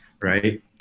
right